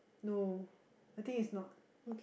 no I think it's not